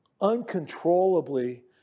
uncontrollably